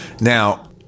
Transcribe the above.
Now